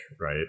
right